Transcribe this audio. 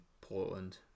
Portland